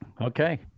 Okay